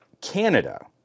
Canada